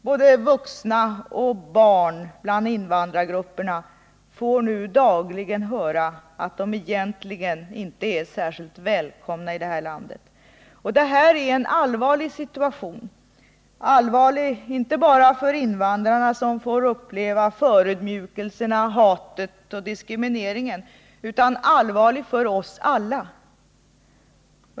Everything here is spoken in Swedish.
Både vuxna och barn bland invandrargrupperna får nu dagligen höra att de egentligen inte är särskilt välkomna i det här landet. Det är en allvarlig situation — allvarlig inte bara för invandrarna, som får uppleva förödmjukelserna, hatet och diskrimineringen, utan allvarlig för oss alla.